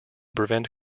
prevent